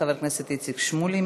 חבר הכנסת איציק שמולי,